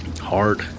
hard